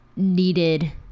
needed